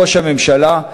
ראש הממשלה,